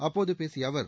அப்போது பேசிய அவர்